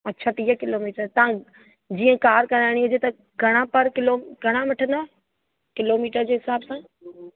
अच्छा टीह किलोमीटर तां जीअं कार कराइणी हुजे त घणा पर किलो घणा वठंदव किलोमीटर जे हिसाब सां